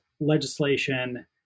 legislation